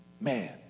Man